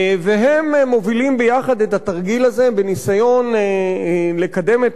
והם מובילים יחד את התרגיל הזה בניסיון לקדם את